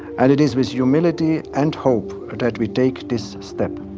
and it is with humility and hope ah that we take this step.